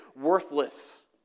worthless